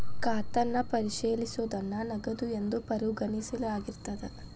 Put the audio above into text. ಖಾತನ್ನ ಪರಿಶೇಲಿಸೋದನ್ನ ನಗದು ಎಂದು ಪರಿಗಣಿಸಲಾಗಿರ್ತದ